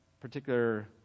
particular